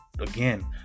again